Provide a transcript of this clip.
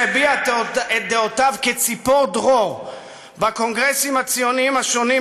שהביע את דעותיו כציפור דרור בקונגרסים הציוניים השונים,